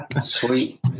sweet